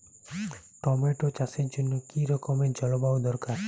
Tomato চাষের জন্য কি রকম জলবায়ু দরকার?